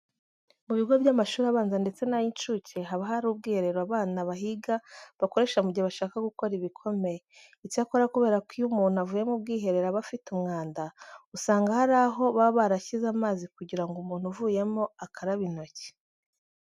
Mu bigo by'amashuri abanza ndetse n'ay'incuke haba hari ubwiherero abana bahiga bakoresha mu gihe bashaka gukora ibikomeye. Icyakora kubera ko iyo umuntu avuye ku bwiherero aba afite umwanda, usanga hari aho baba barashyize amazi kugira ngo umuntu uvuyemo akarabe intoki.